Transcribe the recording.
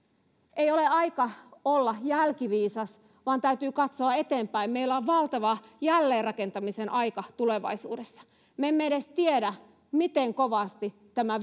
ei ole aika olla jälkiviisas vaan täytyy katsoa eteenpäin meillä on valtava jälleenrakentamisen aika tulevaisuudessa me emme edes tiedä miten kovasti tämä